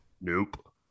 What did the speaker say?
nope